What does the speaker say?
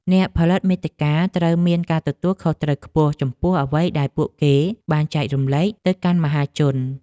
អ្នកផលិតមាតិកាត្រូវមានការទទួលខុសត្រូវខ្ពស់ចំពោះអ្វីដែលពួកគេបានចែករំលែកទៅកាន់មហាជន។